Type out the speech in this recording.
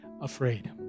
afraid